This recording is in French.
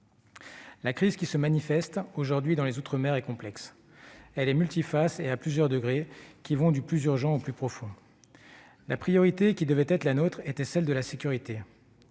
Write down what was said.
La crise qui se manifeste aujourd'hui dans les outre-mer est complexe. Elle est multiface et à plusieurs degrés, du plus urgent au plus profond. La priorité qui devait être la nôtre était la sécurité.